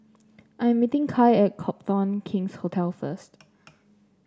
I am meeting Kai at Copthorne King's Hotel first